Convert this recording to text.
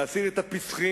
להסיר את הפיסחים,